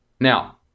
Now